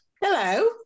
Hello